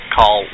Call